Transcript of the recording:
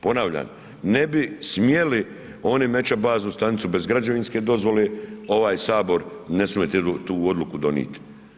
Ponavljam, ne bi smjeli, oni meće baznu stanicu bez građevinske dozvole, ovaj Sabor ne smije tu odluku donijeti.